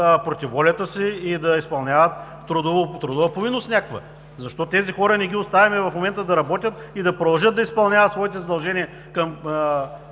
против волята си и да изпълняват някаква трудова повинност. Защо тези хора не ги оставим в момента да работят и да продължат да изпълняват своите задължения към